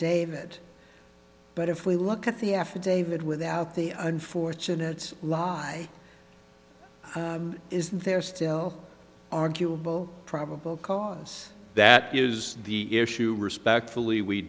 davit but if we look at the affidavit without the unfortunates why is there still arguable probable cause that is the issue respectfully we